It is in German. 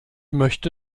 möchte